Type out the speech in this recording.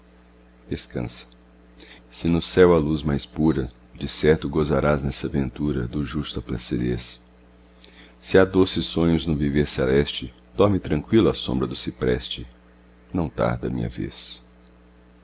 descansa se no céu há luz mais pura de certo gozarás nessa ventura do justo a placidez se há doces sonhos no viver celeste dorme tranqüilo à sombra do cipreste não tarda a minha vez